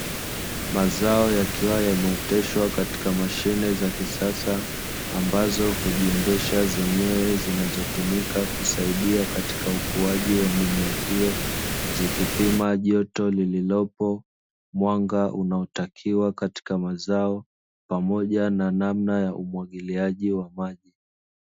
Mazao yakiwa yameoteshwa katika mashine za kisasa, ambazo hujiendesha zenyewe zinazotumika kusaidia katika ukuaji wa mimea hiyo, zikipima joto lililopo, mwanga unaotakiwa katika mazao, pamoja na namna ya umwagiliaji wa maji.